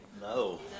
No